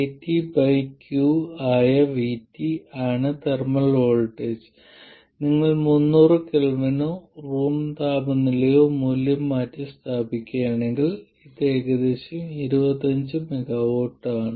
KTq ആയ Vt ആണ് thermal voltage നിങ്ങൾ 300 കെൽവിനോ റൂം താപനിലയോ ആയി മൂല്യം മാറ്റിസ്ഥാപിക്കുകയാണെങ്കിൽ ഇത് ഏകദേശം 25mV ആണ്